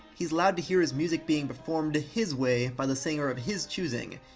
he's allowed to hear his music being performed his way by the singer of his choosing,